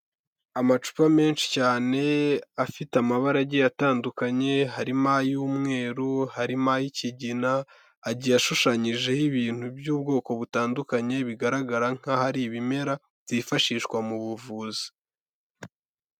Amacupa menshi cyane afite amabara agiye atandukanye, harimo ay'umweru, harimo ay'ikigina, agiye ashushanyijeho ibintu by'ubwoko butandukanye bigaragara nkaho ari ibimera byifashishwa mu buvuzi.